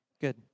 good